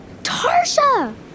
Tarsha